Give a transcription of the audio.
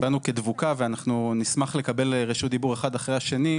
באנו כדבוקה ואנחנו נשמח לקבל רשות דיבור אחד אחרי השני.